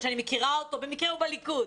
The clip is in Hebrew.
שאני מכירה אותו ובמקרה הוא מהליכוד.